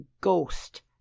ghost